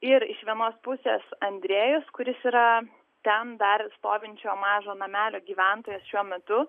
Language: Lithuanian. ir iš vienos pusės andriejus kuris yra ten dar stovinčio mažo namelio gyventojas šiuo metu